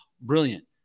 brilliant